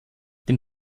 den